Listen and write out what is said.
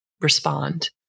respond